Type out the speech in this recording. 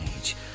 age